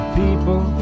people